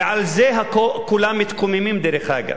ועל זה כולם מתקוממים, דרך אגב.